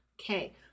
Okay